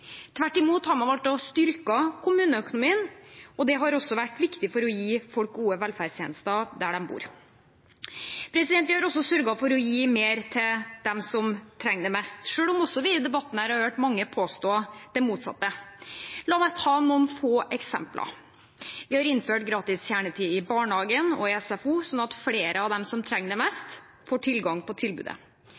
Tvert imot har man valgt å styrke kommuneøkonomien, og det har også vært viktig for å gi folk gode velferdstjenester der de bor. Vi har også sørget for å gi mer til dem som trenger det mest, selv om vi i debatten her har hørt mange påstå det motsatte. La meg ta noen få eksempler: Vi har innført gratis kjernetid i barnehagen og SFO, sånn at flere av de som trenger det mest, får tilgang på tilbudet.